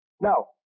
Now